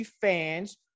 fans